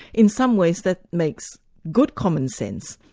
in some ways that makes good commonsense,